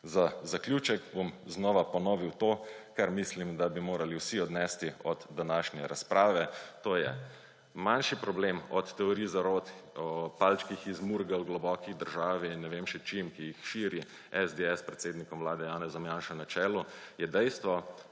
Za zaključek bom znova ponovil to, kar mislim, da bi morali vsi odnesti od današnje razprave. To je, manjši problem od teorij zarot, o palčkih iz Murgel, globoki državi in ne vem še čim, ki jih širi SDS s predsednikom vlade Janezom Janše na čelu, je dejstvo,